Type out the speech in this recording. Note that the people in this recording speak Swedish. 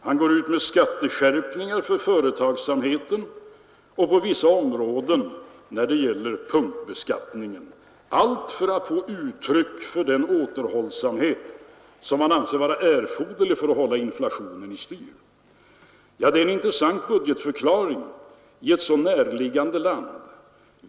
Han går ut med skatteskärpningar för företagsamheten och på vissa områden när det gäller punktbeskattningen — allt för att få uttryck för den återhållsamhet som han anser vara erforderlig för att hålla inflationen i styr. Detta är en intressant budgetförklaring i ett så näraliggande land.